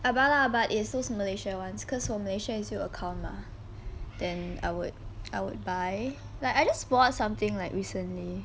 I buy lah but it say malaysia ones cause from malaysia is you account mah then I would I would buy like I just bought something like recently